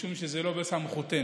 משום שזה לא בסמכותנו,